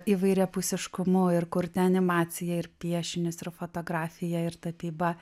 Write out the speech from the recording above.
įvairiapusiškumu ir kurti animaciją ir piešinius ir fotografiją ir tapybą